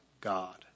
God